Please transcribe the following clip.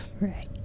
Right